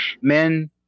men